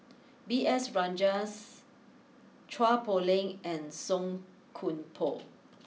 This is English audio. B S Rajhans Chua Poh Leng and Song Koon Poh